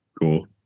Cool